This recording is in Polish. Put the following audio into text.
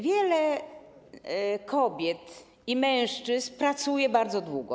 Wiele kobiet i mężczyzn pracuje bardzo długo.